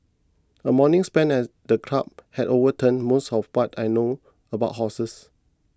a morning spent at the club has overturned most of what I know about horses